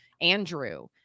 Andrew